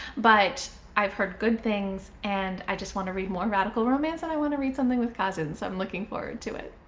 but i've heard good things and i just want to read more radical romance and i want to read something with kazen. so i'm looking forward to it.